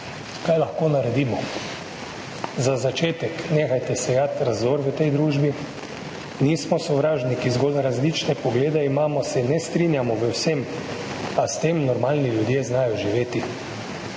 Kaj lahko naredimo? Za začetek nehajte sejati razdor v tej družbi. Nismo sovražniki, zgolj različne poglede imamo, se ne strinjamo v vsem, a s tem normalni ljudje znajo živeti.